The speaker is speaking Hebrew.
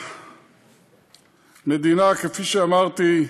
המדינה, כפי שאמרתי,